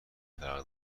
فرق